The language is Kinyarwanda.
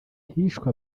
hishwe